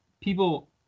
people –